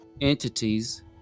entities